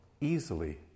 easily